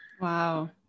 Wow